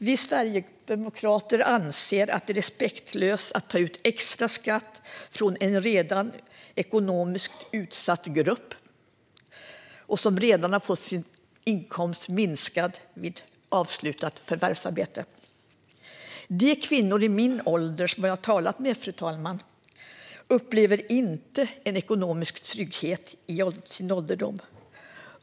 Vi sverigedemokrater anser att det är respektlöst att ta ut extra skatt från en redan ekonomiskt utsatt grupp som redan har fått sin inkomst minskad vid avslutat förvärvsarbete. De kvinnor i min ålder som jag talat med, fru talman, upplever inte en ekonomisk trygghet i sin ålderdom.